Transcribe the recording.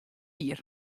jier